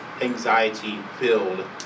anxiety-filled